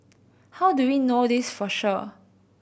how do we know this for sure